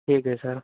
ठीक है सर